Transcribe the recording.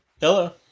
Hello